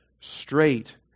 straight